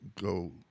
go